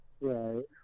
Right